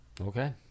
Okay